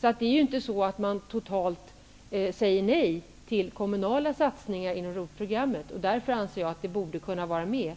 Det är alltså inte så att man säger totalt nej till kommunala satsningar inom ROT-programmet. Därför borde detta kunna vara med.